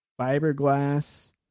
Fiberglass